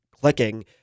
clicking